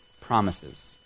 promises